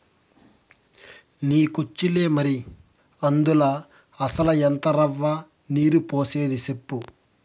నీకొచ్చులే మరి, అందుల అసల ఎంత రవ్వ, నీరు పోసేది సెప్పు